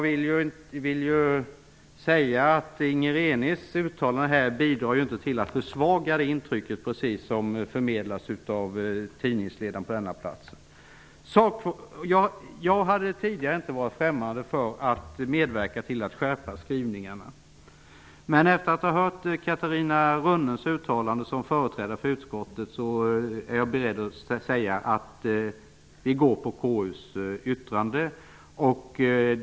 Inger Renés uttalande bidrar inte till att försvaga det intryck som förmedlas i denna tidingsledare. Jag var tidigare inte främmande för att medverka till att skärpa skrivningarna. Men efter att ha hört det uttalande utskottets företrädare Catarina Rönnung gjorde är jag beredd att säga att vi skall gå på KU:s yttrande.